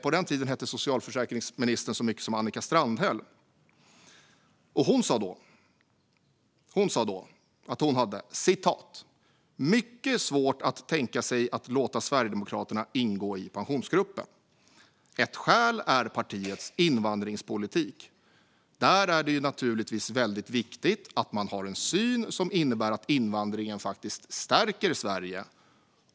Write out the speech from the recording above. På den tiden hette socialförsäkringsministern Annika Strandhäll. Hon sa där att hon hade "mycket svårt att tänka sig att låta Sverigedemokraterna ingå i pensionsgruppen. Ett skäl är partiets invandringspolitik . Där det ju naturligtvis är väldigt viktigt att man har en syn som innebär att invandringen faktiskt stärker Sverige .